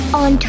on